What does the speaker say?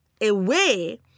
away